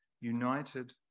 united